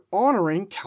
honoring